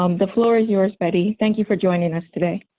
um the floor is yours, bette. thank you for joining us today.